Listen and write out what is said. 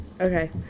Okay